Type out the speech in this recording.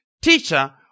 Teacher